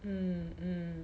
mm mm